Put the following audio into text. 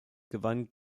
gewann